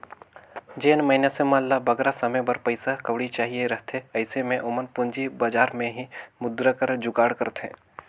जेन मइनसे मन ल बगरा समे बर पइसा कउड़ी चाहिए रहथे अइसे में ओमन पूंजी बजार में ही मुद्रा कर जुगाड़ करथे